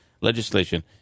legislation